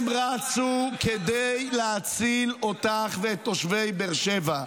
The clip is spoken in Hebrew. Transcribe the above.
-- הם רצו כדי להציל אותך ואת תושבי באר שבע.